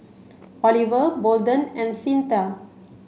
Oliver Bolden and Cyntha